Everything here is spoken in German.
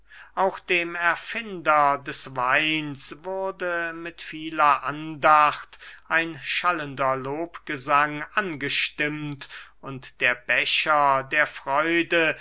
auch dem erfinder des weins wurde mit vieler andacht ein schallender lobgesang angestimmt und der becher der freude